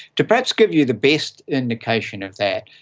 to perhaps give you the best indication of that,